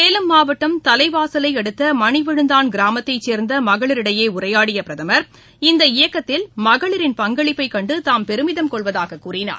சேலம் மாவட்டம் தலைவாசலைஅடுத்தமணிவிழுந்தான் கிராமத்தைசேர்ந்தமகளிடையேஉரையாடியபிரதமா் இந்த இயக்கத்தில் மகளிடின் பங்களிப்பைக் கண்டுதாம் பெருமிதம் கொள்வதாககூறினார்